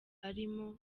arimo